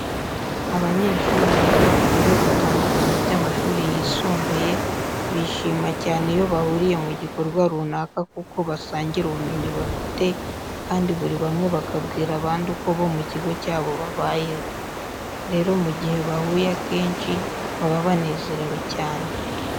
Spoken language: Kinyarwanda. Abanyeshuri biga ku bigo bitandukanye by'amashuri yisumbuye bishima cyane iyo bahuriye mu gikorwa runaka kuko basangira ubumenyi bafite kandi buri bamwe bakabwira abandi uko bo mu kigo cyabo babayeho. Rero mu gihe bahuye akenshi baba banezerewe cyane.